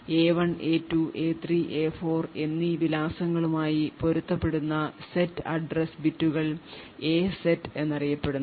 A 1 A 2 A 3 A 4 എന്നീ വിലാസങ്ങളുമായി പൊരുത്തപ്പെടുന്ന സെറ്റ് address ബിറ്റുകൾ എ സെറ്റ് എന്നറിയപ്പെടുന്നു